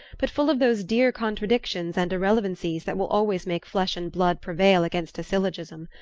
but full of those dear contradictions and irrelevancies that will always make flesh and blood prevail against a syllogism.